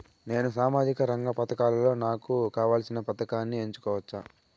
నేను సామాజిక రంగ పథకాలలో నాకు కావాల్సిన పథకాన్ని ఎన్నుకోవచ్చా?